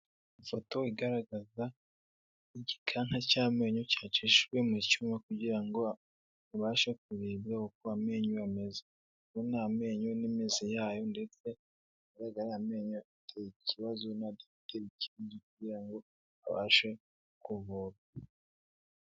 Ifoto igaragaza igikanka cy'amenyo cyacishijwe mu cyuma, kugira ngo abashe kurebwa uko amenyo ameze, ubu ni amenyo n'imizi yayo, ndetse hagaragara amenyo ateye ikibazo, n'adafite ikibazo kugira ngo abashe kuvurwa.